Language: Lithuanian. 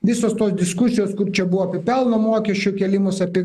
visos tos diskusijos kur čia buvo apie pelno mokesčių kėlimus apie